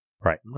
Right